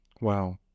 Wow